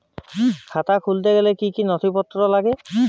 খাতা খুলতে গেলে কি কি নথিপত্র লাগে?